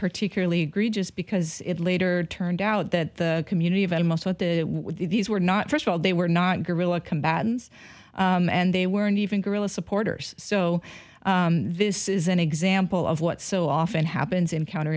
particularly great just because it later turned out that the community of and most what the these were not first of all they were not guerrilla combatants and they weren't even guerrilla supporters so this is an example of what so often happens in counter